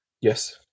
Yes